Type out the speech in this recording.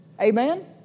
Amen